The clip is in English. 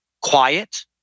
quiet